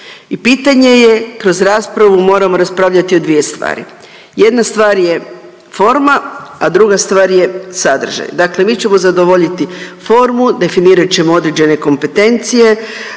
i pitanje je kroz raspravu moram raspravljati i dvoje stvari, jedna stvar je forma, a druga stvar je sadržaj. Dakle, mi ćemo zadovoljiti formu, definirat ćemo određene kompetencije,